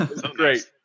great